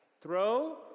throw